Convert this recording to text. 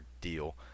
deal